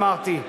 אמרתי,